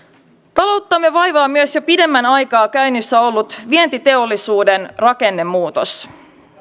talouttamme vaivaa myös jo pidemmän aikaa käynnissä ollut vientiteollisuuden rakennemuutos